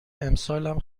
امسالم